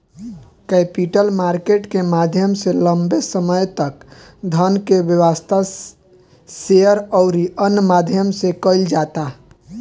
capital market के माध्यम से लंबे समय तक धन के व्यवस्था, शेयर अउरी अन्य माध्यम से कईल जाता